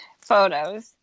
photos